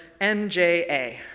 NJA